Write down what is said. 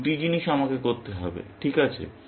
এই দুটি জিনিস আমাকে করতে হবে ঠিক আছে